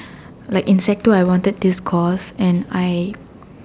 like in sec two I wanted this course and I